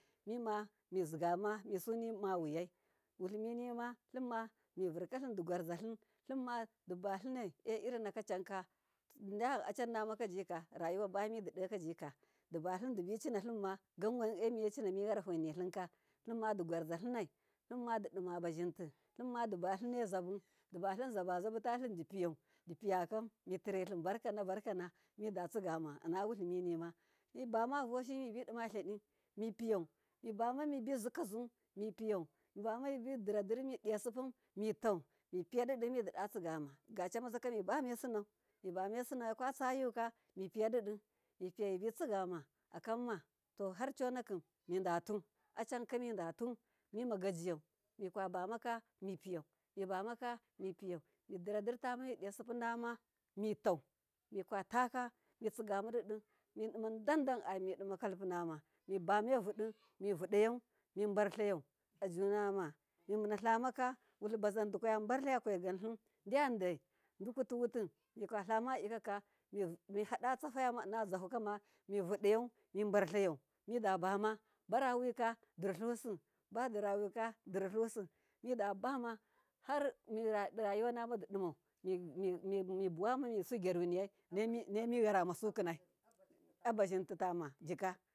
Mima mizima misumawiyai wuliminima limma mivurkalim limmadibalinai doirin naka canka diyam acannamakajika rayuwaba mid didokajika, dibalim dibi cinalimma diwane miyedima miyarahonilimka limmadigwarza linai hardidima bazinti dibalimai zubu dibalim zabazabutalim dipiyau, dipiyakam mitirelim barkanabarkana midatsigama inna wilimi nima mibavoshin mibidimalidi mifiyau mibama mibizikazu mifiyau mibama diradir midiya sippun mitau, mipiyadidi mididatsigama digacomaza mibam esinau kwatsayuka mipiyau mibitsigama akamma to har conakim midatu, a camka midatu mimagaji yau mikabamaka mi piyau midiradirtama midiya sipppunama mitau, mikataka mitsigamadidi midima dan dan amimidima kalpunnama mibamevudi mivulayau mibarliyau ajunama mimuna damaka, wuli bazan kwayabarlayau faiganlim diyandaida blutuwuti mikwalamadikaka mihadatsafaya inna zyahukama, mivudayau mibarta yau barawi ka dirilusi midabawa har rayuwanamu didimau mi buwama misugyaruniyai naimiya ramasu kinai abazintitama jika.